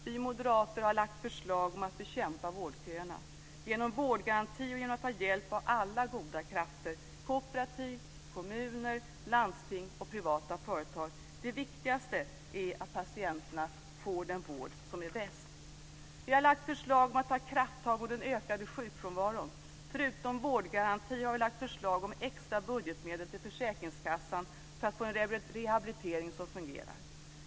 Vi moderater har lagt fram förslag om att bekämpa vårdköerna genom vårdgaranti och genom att ta hjälp av alla goda krafter i kooperativ, kommuner, landsting och privata företag. Det viktigaste är att patienterna får den vård som är bäst. Vi har lagt fram förslag om att ta krafttag mot den ökande sjukfrånvaron. Förutom förslag om vårdgaranti har vi lagt fram förslag om extra budgetmedel till försäkringskassan för att få en rehabilitering som fungerar.